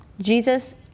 Jesus